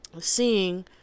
seeing